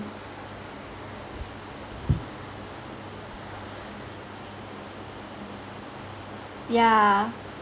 yeah